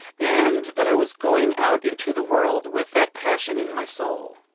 and that i was going out into the world with that passion in my soul.